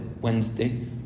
Wednesday